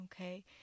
okay